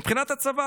מבחינת הצבא,